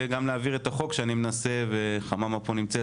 גם להעביר את החוק שאני מנסה וחממה פה נמצאת,